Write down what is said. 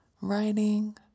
writing